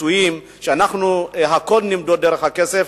שאנחנו נמדוד הכול דרך הכסף.